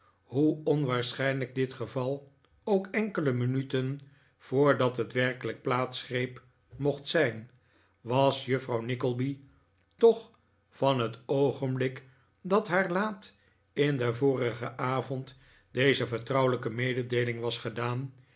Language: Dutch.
hoe onwaarschijnlijk dit geval ook enkele minuten voordat het werkelijk plaats greep mocht zijn was juffrouw nickleby toch van het oogenblik dat haar laat in den vorigen avond deze vertrouwelijke mededeeling was gedaan